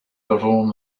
perform